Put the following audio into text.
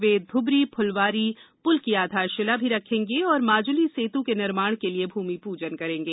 वे धूबरी फुलबारी पुल की आधारशिला रखेंगे और माजुली सेतु के निर्माण के लिए भूमिपूजन करेंगे